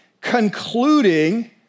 concluding